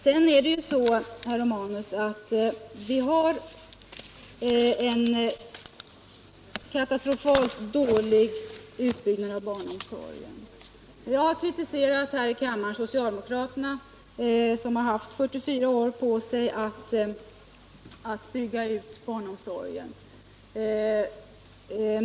Vi har, herr Romanus, en katastrofalt dålig utbyggnad av barnomsorgen. Jag har här i kammaren kritiserat socialdemokraterna som har haft 44 år på sig att bygga ut barnomsorgen.